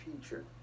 future